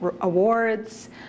awards